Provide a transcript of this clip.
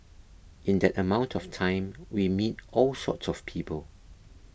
in that amount of time we meet all sorts of people